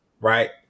right